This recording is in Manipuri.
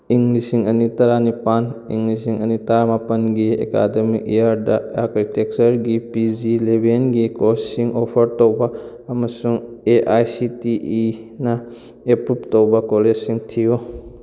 ꯏꯪ ꯂꯤꯁꯤꯡ ꯑꯅꯤ ꯇꯔꯥꯅꯤꯄꯥꯜ ꯏꯪ ꯂꯤꯁꯤꯡ ꯑꯅꯤ ꯇꯔꯥꯃꯥꯄꯜꯒꯤ ꯑꯦꯀꯥꯗꯃꯤꯛ ꯏꯌꯥꯔꯗ ꯑꯥꯔꯀꯤꯇꯦꯛꯆꯔꯒꯤ ꯄꯤ ꯖꯤ ꯂꯦꯕꯦꯟꯒꯤ ꯀꯣꯔꯁꯁꯤꯡ ꯑꯣꯐꯔ ꯇꯧꯕ ꯑꯃꯁꯨꯡ ꯑꯦ ꯑꯥꯏ ꯁꯤ ꯇꯤ ꯏꯅ ꯑꯦꯄ꯭ꯔꯨꯞ ꯇꯧꯕ ꯀꯣꯂꯦꯖꯁꯤꯡ ꯊꯤꯌꯨ